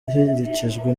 aherekejwe